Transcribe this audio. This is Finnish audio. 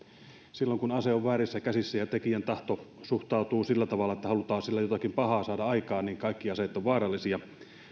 silloin kun ase on väärissä käsissä ja tekijän tahto suhtautuu sillä tavalla että halutaan sillä jotakin pahaa saada aikaan niin kaikki aseet ovat vaarallisia